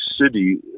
city